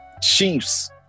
Chiefs